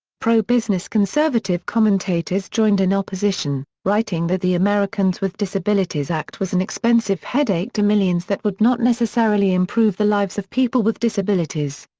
pro-business conservative commentators joined in opposition, writing that the americans with disabilities act was an expensive headache to millions that would not necessarily improve the lives of people with disabilities.